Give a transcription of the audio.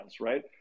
right